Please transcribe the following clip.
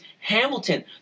Hamilton